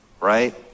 right